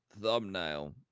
thumbnail